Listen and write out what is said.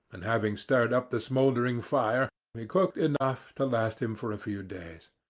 and having stirred up the smouldering fire, he cooked enough to last him for a few days.